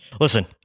Listen